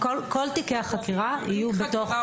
כל תיקי החקירה יהיו בסטטיסטיקה.